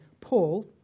Paul